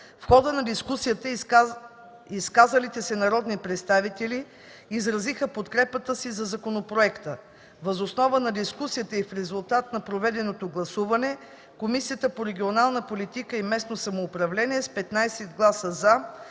В хода на дискусията изказалите се народни представители изразиха подкрепата си за законопроекта. Въз основа на дискусията и в резултат на проведеното гласуване Комисията по регионална политика и местно самоуправление с 15 гласа